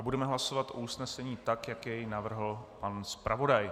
Budeme hlasovat o usnesení tak, jak je navrhl pan zpravodaj.